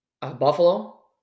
Buffalo